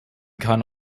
kein